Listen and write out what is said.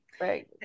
Right